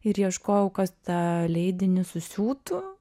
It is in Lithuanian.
ir ieškojau kas tą leidinį susiūtų